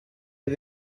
del